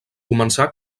començà